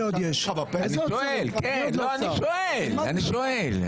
אני שואל, אני שואל.